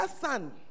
son